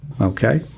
Okay